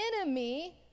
enemy